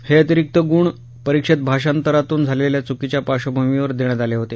हे अतिरीक्त गुण परीक्षेत भाषांतरातून झालेल्या चुकीच्या पार्श्वभूमीवर देण्यात आले होते